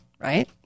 Right